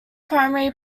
primary